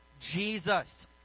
Jesus